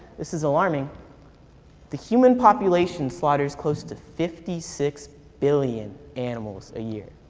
this is alarming the human population slaughters close to fifty six billion animals a year.